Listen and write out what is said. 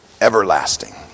everlasting